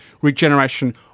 Regeneration